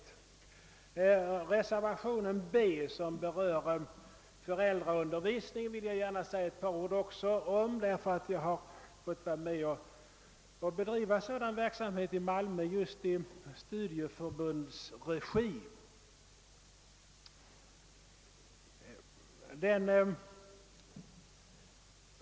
Om reservationen 4 b som berör föräldraundervisningen vill jag också gärna säga ett par ord, eftersom jag har fått vara med om att bedriva sådan verksamhet i Malmö i studieförbundsregi.